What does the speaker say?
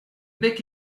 bec